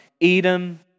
Edom